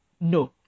No